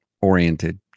oriented